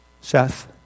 Seth